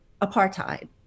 apartheid